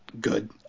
good